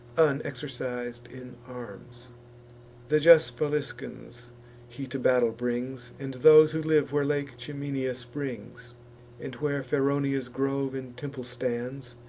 unexercis'd in arms the just faliscans he to battle brings, and those who live where lake ciminia springs and where feronia's grove and temple stands,